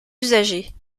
usagers